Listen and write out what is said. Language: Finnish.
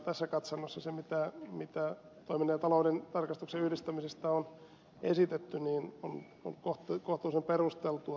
tässä katsannossa se mitä toiminnan ja talouden tarkastuksen yhdistämisestä on esitetty on kohtuullisen perusteltua